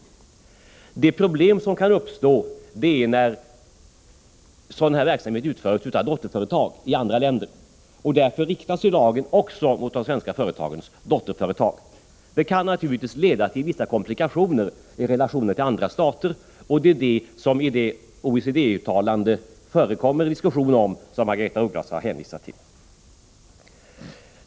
Problem kan uppstå när sådan här verksamhet utförs av dotterföretag i andra länder. Därför riktas lagen också mot de svenska företagens dotterföretag. Detta kan naturligtvis leda till vissa komplikationer i relationerna till andra stater. Det är denna diskussion som tas upp i det OECD-uttalande som Margaretha af Ugglas har hänvisat till.